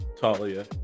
Talia